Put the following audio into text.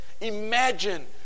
imagine